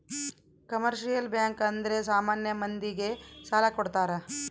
commercial bank ಅಂದ್ರೆ ಸಾಮಾನ್ಯ ಮಂದಿ ಗೆ ಸಾಲ ಕೊಡ್ತಾರ